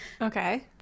Okay